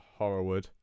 Horrorwood